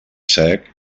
sec